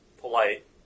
Polite